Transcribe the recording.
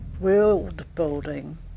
world-building